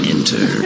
Enter